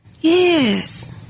Yes